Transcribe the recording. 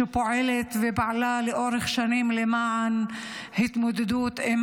שפועלת ופעלה לאורך שנים למען התמודדות עם